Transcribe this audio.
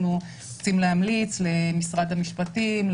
אנחנו רוצים להמליץ למשרד המשפטים,